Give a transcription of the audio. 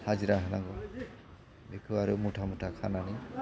हाजिरा होनांगौ बेखौ आरो मुथा मुथा खानानै